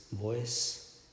voice